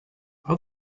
are